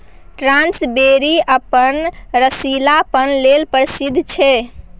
strawberry अपन रसीलापन लेल प्रसिद्ध छै